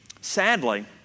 Sadly